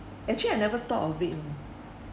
actually I never thought of it you know